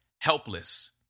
helpless